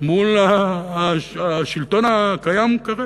מול השלטון הקיים כרגע.